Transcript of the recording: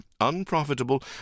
unprofitable